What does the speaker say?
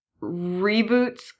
reboots